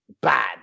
bad